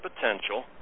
potential